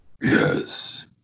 Yes